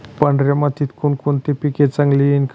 पांढऱ्या मातीत कोणकोणते पीक चांगले येईल?